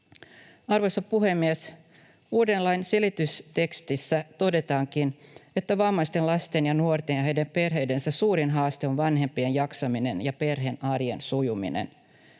Arvoisa puhemies! Uuden lain selitystekstissä todetaankin, että vammaisten lasten ja nuorten ja heidän perheidensä suurin haaste on vanhempien jaksaminen ja perheen arjen sujuminen.